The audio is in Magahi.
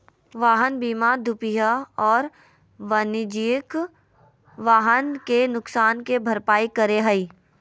वाहन बीमा दूपहिया और वाणिज्यिक वाहन के नुकसान के भरपाई करै हइ